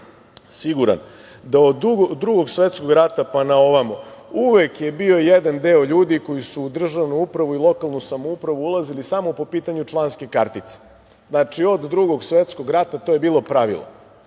siguran da od Drugog setskog rata pa na ovamo uvek je bio jedan deo ljudi koji su u državnu upravu i lokalnu samoupravu ulazili samo pitanju članske kartice. Znači, od Drugog svetskog rata to je bilo pravilo.